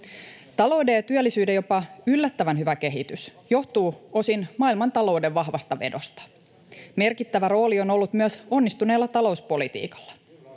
Talouden ja työllisyyden jopa yllättävän hyvä kehitys johtuu osin maailmantalouden vahvasta vedosta. Merkittävä rooli on ollut myös onnistuneella talouspolitiikalla.